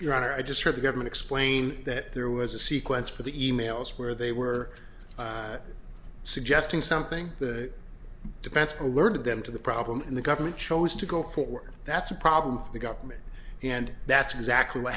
your honor i just heard the government explain that there was a sequence for the e mails where they were suggesting something the defense for alerted them to the problem and the government chose to go forward that's a problem for the government and that's exactly what